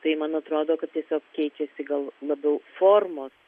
tai man atrodo kad tiesiog keičiasi gal labiau formos